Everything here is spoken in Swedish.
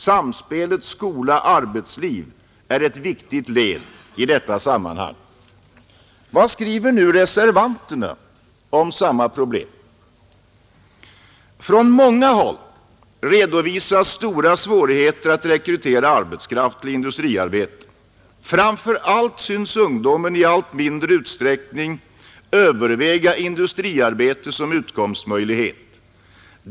Samspelet skola-arbetsliv är ett viktigt led i detta sammanhang.” Vad skriver nu reservanterna om samma problem? Det heter i reservationen: ”Från många håll redovisas stora svårigheter att rekrytera arbetskraft till industriarbete. Framför allt synes ungdomen i allt mindre utsträckning överväga industriarbete som utkomstmöjlighet.